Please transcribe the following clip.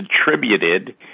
attributed